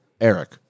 Eric